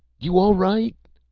you all right?